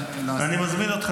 אני מזמין אותך,